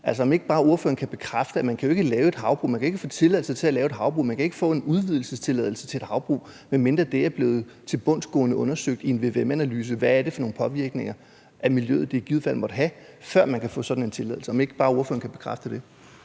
Altså, kan ordføreren ikke bekræfte, at man jo ikke kan få tilladelse til at lave et havbrug, man kan ikke få en udvidelsestilladelse til et havbrug, medmindre det er blevet tilbundsgående undersøgt i en vvm-analyse, hvad det er for nogle påvirkninger af miljøet, som det i givet fald måtte have, før man kan få sådan en tilladelse? Kan ordføreren ikke bare bekræfte det?